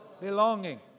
belonging